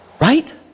Right